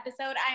episode